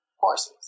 horses